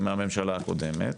מהממשלה הקודמת.